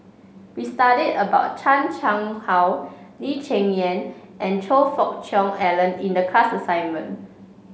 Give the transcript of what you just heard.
we studied about Chan Chang How Lee Cheng Yan and Choe Fook Cheong Alan in the class assignment